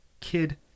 kid